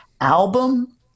Album